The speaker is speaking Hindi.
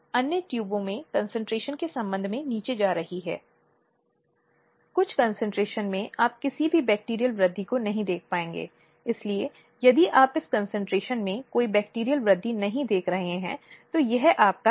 इसलिए न्यायालयों से अपेक्षा की जाती है कि वे यौन अपराध के मामलों को अत्यंत संवेदनशीलता के साथ निपटायें